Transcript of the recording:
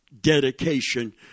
dedication